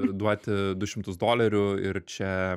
duoti du šimtus dolerių ir čia